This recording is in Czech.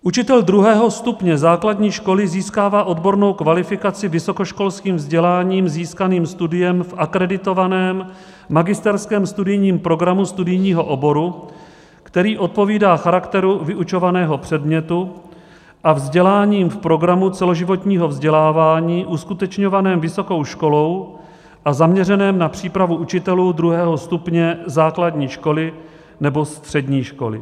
Učitel druhého stupně základní školy získává odbornou kvalifikaci vysokoškolským vzděláním získaným studiem v akreditovaném magisterském studijním programu studijního oboru, který odpovídá charakteru vyučovaného předmětu, a vzděláním v programu celoživotního vzdělávání uskutečňovaném vysokou školou a zaměřeném na přípravu učitelů druhého stupně základní školy nebo střední školy.